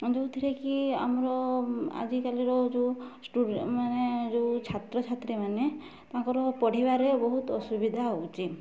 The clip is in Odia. ଯେଉଁଥିରେ କି ଆମର ଆଜିକାଲିର ଯେଉଁ ମାନେ ଯେଉଁ ଛାତ୍ରଛାତ୍ରୀମାନେ ତାଙ୍କର ପଢ଼ିବାରେ ବହୁତ ଅସୁବିଧା ହେଉଛି